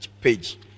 page